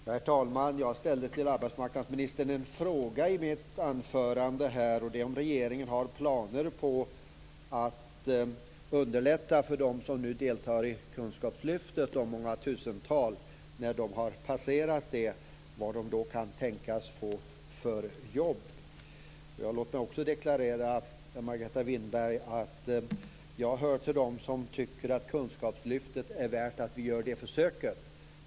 Herr talman! Jag ställde i mitt anförande en fråga till arbetsmarknadsministern. Det var om regeringen har planer på att underlätta för de många tusental som deltar i kunskapslyftet och vad de kan tänkas få för jobb. Jag vill också deklarera för Margareta Winberg att jag hör till dem som tycker att det är värt att göra försöket med kunskapslyftet.